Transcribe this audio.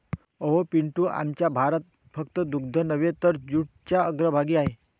अहो पिंटू, आमचा भारत फक्त दूध नव्हे तर जूटच्या अग्रभागी आहे